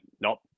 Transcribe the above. nope